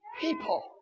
people